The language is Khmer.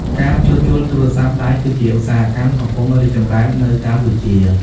ការជួសជុលទូរស័ព្ទដៃគឺជាឧស្សាហកម្មកំពុងរីកចម្រើននៅកម្ពុជា។